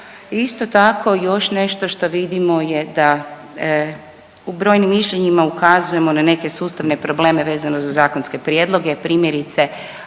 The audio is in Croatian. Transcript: Isto tako još nešto što vidimo je da u brojnim mišljenjima ukazujemo na neke sustavne probleme vezano za zakonske prijedloge primjerice